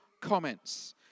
comments